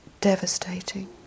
devastating